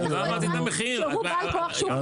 בטח במצב שהוא בעל כוח שוק.